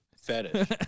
Fetish